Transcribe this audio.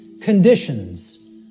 conditions